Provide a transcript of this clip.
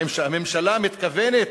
האם הממשלה מתכוונת